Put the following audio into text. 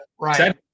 Right